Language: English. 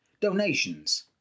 donations